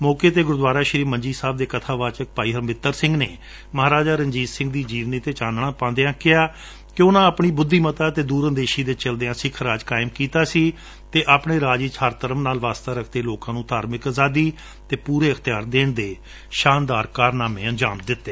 ਮੌਕੇ ਤੇ ਗੁਰਦੁਆਰਾ ਸ੍ਰੀ ਮੰਜੀ ਸਾਹਿਬ ਦੇ ਕਬਾਵਾਚਕ ਭਾਈ ਹਰਸਿੱਤਰ ਸਿੰਘ ਨੇ ਮਹਾਰਾਜਾ ਰਣਜੀਤ ਸਿੰਘ ਦੀ ਜੀਵਨੀ ਤੇ ਚਾਨਣਾ ਪਾਉਦਿਆਂ ਕਿਹਾ ਕਿ ਉਨ੍ਨਾਂ ਆਪਣੀ ਬੁਧਿਮਤਾ ਅਤੇ ਦੁਰ ਅੰਦੇਸ਼ੀ ਨਾਲ ਸਿੱਖ ਰਾਜ ਕਾਇਮ ਕੀਤਾ ਅਤੇ ਆਪਣੇ ਰਾਜ ਵਿਚ ਹਰ ਧਰਮ ਨਾਲ ਵਾਸਤਾ ਰੱਖਦੇ ਲੋਕਾ ਨੂੰ ਧਾਰਮਿਕ ਆਜ਼ਾਦੀ ਅਤੇ ਪੁਰੇ ਅਖਤਿਆਰ ਦੇਣ ਦੇ ਸ਼ਾਨਦਾਰ ਕੰਮ ਅੰਜਾਮ ਦਿੱਤੇ